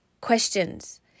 questions